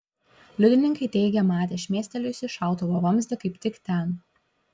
liudininkai teigė matę šmėstelėjusį šautuvo vamzdį kaip tik ten